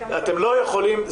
אתם לא יכולים,